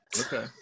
Okay